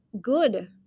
good